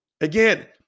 Again